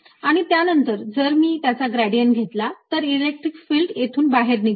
आणि त्यानंतर जर मी त्याचा ग्रेडियंट घेतला तर इलेक्ट्रिक फिल्ड येथून बाहेर निघेल